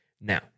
Now